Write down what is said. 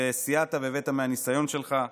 וסייעת והבאת מהניסיון שלך.